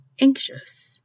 anxious